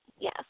yes